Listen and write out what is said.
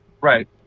Right